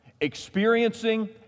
Experiencing